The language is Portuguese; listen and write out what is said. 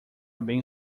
bem